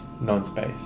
non-space